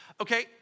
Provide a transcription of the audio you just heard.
Okay